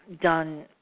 done